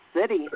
City